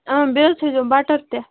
اۭں بیٚیہِ حظ تھٲیزیو بَٹَر تہِ